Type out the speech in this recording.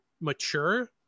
mature